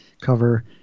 cover